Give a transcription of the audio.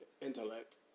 intellect